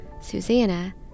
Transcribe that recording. Susanna